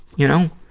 you know,